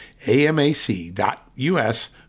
AMAC.us